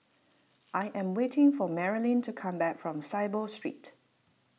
I am waiting for Marilyn to come back from Saiboo Street